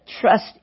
trust